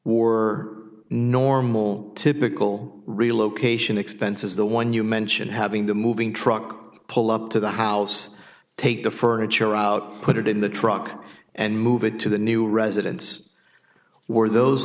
war normal typical relocation expenses the one you mentioned having the moving truck pull up to the house take the furniture out put it in the truck and move it to the new residence where those